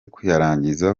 kuyarangiza